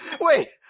wait